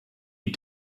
you